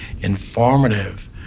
informative